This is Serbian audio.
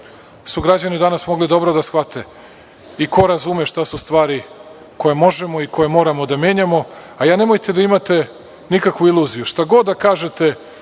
su građani danas mogli dobro da shvate i ko razume šta su stvari koje možemo i koje moramo da menjamo. Nemojte da imate nikakvu iluziju, šta god da kažete,